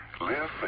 Live